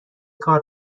کار